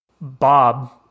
Bob